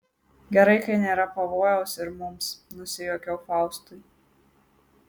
gerai kai nėra pavojaus ir mums nusijuokiau faustui